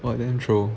what the intro